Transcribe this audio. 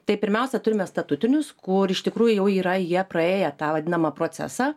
tai pirmiausia turime statutinius kur iš tikrųjų jau yra jie praėję tą vadinamą procesą